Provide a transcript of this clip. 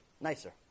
Nicer